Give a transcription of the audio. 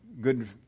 good